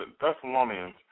Thessalonians